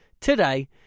today